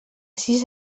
sis